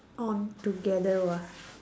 on together !wah!